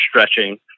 stretching